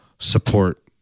support